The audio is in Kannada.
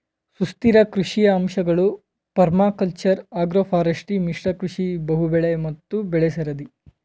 ಸುಸ್ಥಿರ ಕೃಷಿಯ ಅಂಶಗಳು ಪರ್ಮಾಕಲ್ಚರ್ ಅಗ್ರೋಫಾರೆಸ್ಟ್ರಿ ಮಿಶ್ರ ಕೃಷಿ ಬಹುಬೆಳೆ ಮತ್ತು ಬೆಳೆಸರದಿ